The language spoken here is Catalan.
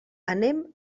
anem